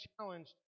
challenged